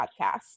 podcast